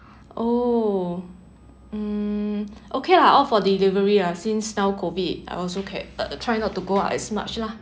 oh mm okay lah all for delivery lah since now COVID I also can~ try not to go as much lah